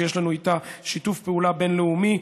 שיש לנו איתה שיתוף פעולה בין-לאומי.